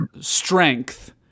strength